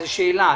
זו שאלה.